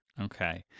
Okay